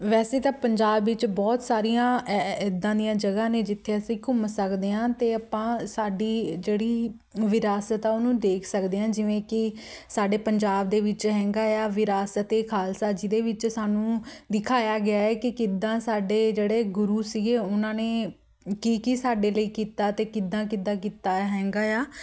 ਵੈਸੇ ਤਾਂ ਪੰਜਾਬ ਵਿੱਚ ਬਹੁਤ ਸਾਰੀਆਂ ਹੈ ਹੈ ਇੱਦਾਂ ਦੀਆਂ ਜਗ੍ਹਾ ਨੇ ਜਿੱਥੇ ਅਸੀਂ ਘੁੰਮ ਸਕਦੇ ਹਾਂ ਅਤੇ ਆਪਾਂ ਸਾਡੀ ਜਿਹੜੀ ਵਿਰਾਸਤ ਆ ਉਹਨੂੰ ਦੇਖ ਸਕਦੇ ਅ ਜਿਵੇਂ ਕਿ ਸਾਡੇ ਪੰਜਾਬ ਦੇ ਵਿੱਚ ਹੈਗਾ ਆ ਵਿਰਾਸਤ ਏ ਖਾਲਸਾ ਜਿਹਦੇ ਵਿੱਚ ਸਾਨੂੰ ਦਿਖਾਇਆ ਗਿਆ ਹੈ ਕਿ ਕਿੱਦਾਂ ਸਾਡੇ ਜਿਹੜੇ ਗੁਰੂ ਸੀਗੇ ਉਹਨਾਂ ਨੇ ਕੀ ਕੀ ਸਾਡੇ ਲਈ ਕੀਤਾ ਅਤੇ ਕਿੱਦਾਂ ਕਿੱਦਾਂ ਕੀਤਾ ਹੈਗਾ ਆ